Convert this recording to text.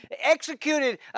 executed